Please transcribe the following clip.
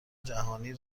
جهانی